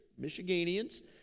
Michiganians